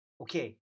Okay